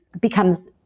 becomes